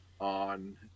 on